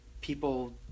people